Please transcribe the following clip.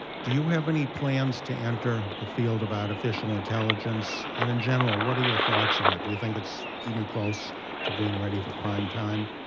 do you have any plans to enter the field of artificial intelligence? and in general, what are your thoughts on it? do you think it's even close to being ready for prime time?